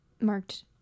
Marked